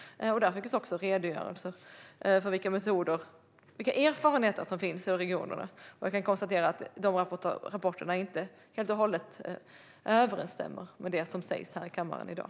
Där finns redogörelser för vilka erfarenheter som finns i regionerna, och jag kan konstatera att dessa rapporter inte helt och hållet överensstämmer med det som sägs här i kammaren i dag.